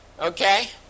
okay